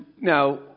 now